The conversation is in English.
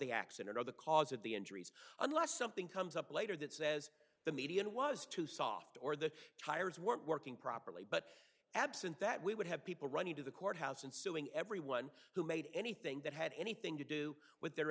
the accident or the cause of the injuries unless something comes up later that says the median was too soft or the tires weren't working properly but absent that we would have people running to the courthouse and suing everyone who made anything that had anything to do with their